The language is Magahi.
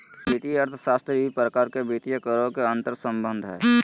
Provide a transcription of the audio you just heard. वित्तीय अर्थशास्त्र ई प्रकार वित्तीय करों के अंतर्संबंध हइ